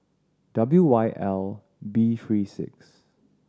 W Y L B three six